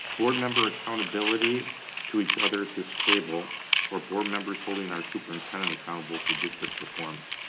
board member accountability to each other at this table or board members holding our superintendent accountable for district performance?